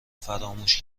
فراموش